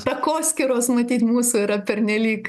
takoskyros matyt mūsų yra pernelyg